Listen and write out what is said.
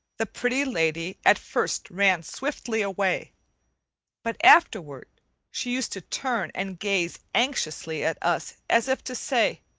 the pretty lady at first ran swiftly away but afterward she used to turn and gaze anxiously at us, as if to say